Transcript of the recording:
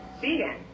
vegan